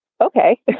okay